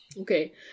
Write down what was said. Okay